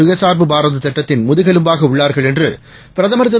சுயச்சார்புபாரதத்திட்டத்தின்முதுகெலும்பாகஉள்ளார்கள்என் றுபிரதமர்திரு